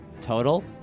Total